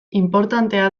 inportantea